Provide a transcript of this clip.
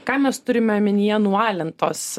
ką mes turime omenyje nualintos